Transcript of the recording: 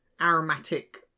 aromatic